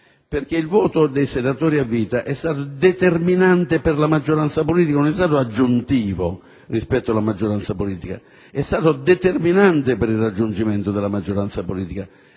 perché il voto dei senatori a vita è stato determinante per la maggioranza politica, non è stato aggiuntivo rispetto ad esso. È stato determinante per il raggiungimento della maggioranza politica